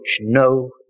no